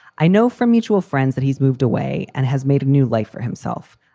i know from mutual friends that he's moved away and has made a new life for himself.